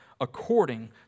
according